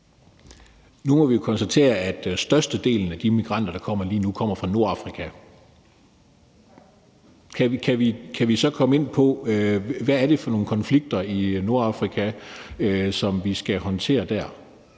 Nu må vi konstatere, at størstedelen af de migranter, der kommer lige nu, kommer fra Nordafrika. Kan vi så komme ind på, hvad det er for nogen konflikter i Nordafrika, som vi skal håndtere der?